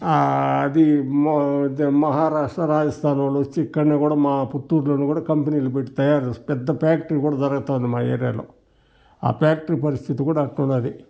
అది మహారాష్ట్ర రాజస్థాన్ వాళ్ళు వచ్చి ఇక్కడనే కూడా మా పుత్తూరులోను కూడ కంపెనీలు పెట్టి తయారుచేస్తారు పెద్ద ఫాక్టరీ కూడ జరుగతా ఉంది మా ఏరియాలో ఆ ఫాక్టరీ పరిస్థితి కూడా అట్టున్నాది